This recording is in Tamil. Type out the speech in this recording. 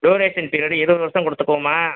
டியூரேஷன் பீரியடு இருபது வருஷம் கொடுத்துக்குவோமா